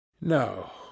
No